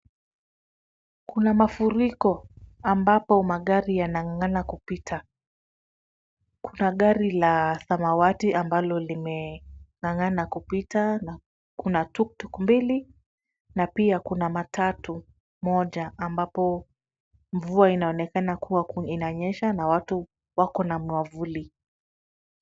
Kuna mafuriko ambako magari yanang'ang'ana kupita. Kuna gari la samawati ambalo limeng'ang'ana kupita na kuna tuktuk mbili na pia kuna matatu moja ambapo mvua inaonekana kuwa inanyesha na watu wako na mwavuli.